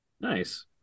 Nice